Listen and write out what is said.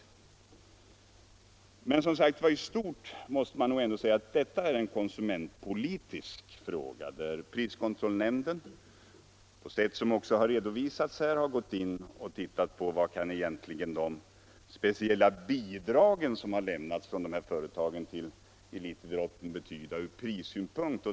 Men man måste nog ändå säga att detta i stort är en konsumentpolitisk fråga. Prisoch kartellnämnden har på sätt som här redovisats undersökt vad de bidrag som lämnas till idrotten från företag kan betyda ur prissynpunkt.